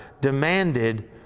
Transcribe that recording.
demanded